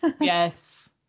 Yes